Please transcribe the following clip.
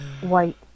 white